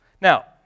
now